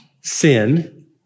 sin